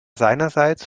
seinerseits